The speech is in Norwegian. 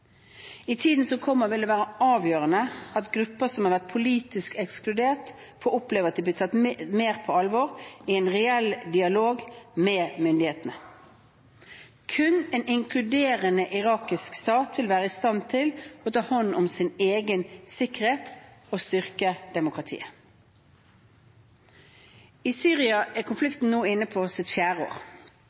I tiden som kommer, vil det være avgjørende at grupper som har vært politisk ekskludert, får oppleve at de blir tatt mer på alvor i en reell dialog med myndighetene. Kun en inkluderende irakisk stat vil være i stand til å ta hånd om sin egen sikkerhet og styrke demokratiet. I Syria er konflikten nå inne i sitt fjerde år.